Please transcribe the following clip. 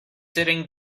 sitting